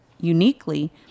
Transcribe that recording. uniquely